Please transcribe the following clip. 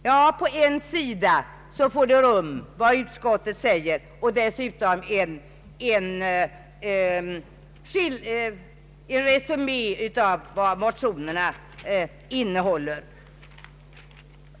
Jo, på en enda sida i utlåtandet får utskottets förslag rum och dessutom en resumé av vad motionerna innehåller.